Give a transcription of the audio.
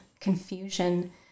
confusion